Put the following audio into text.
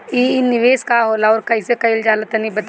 इ निवेस का होला अउर कइसे कइल जाई तनि बताईं?